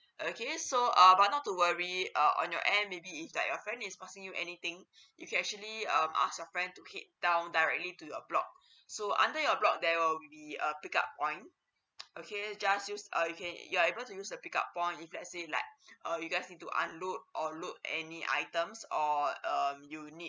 okay so uh but not to worry uh on your end maybe it's like your friend is asking you anything if you actually um ask your friend to head down directly to your block so under your block there will be a pick up point okay just use uh okay you are able use the pick up point if it let's say like uh you guys need to unload or load any items all um you need